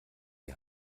ihr